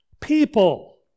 people